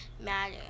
matter